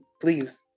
please